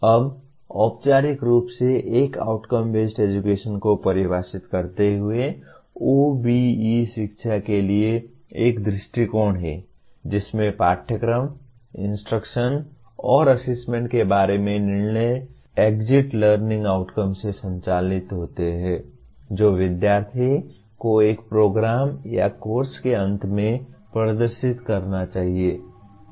अब औपचारिक रूप से एक आउटकम बेस्ड एजुकेशन को परिभाषित करते हुए OBE शिक्षा के लिए एक दृष्टिकोण है जिसमें पाठ्यक्रम इंस्ट्रक्शन और असेसमेंट के बारे में निर्णय एग्जिट लर्निंग आउटकम से संचालित होते हैं जो विद्यार्थि को एक प्रोग्राम या कोर्स के अंत में प्रदर्शित करना चाहिए